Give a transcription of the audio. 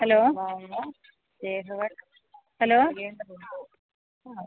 hello hello